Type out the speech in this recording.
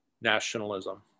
nationalism